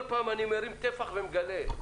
כל פעם אני מרים טפח ומגלה דברים.